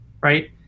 Right